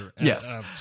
Yes